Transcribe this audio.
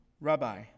Rabbi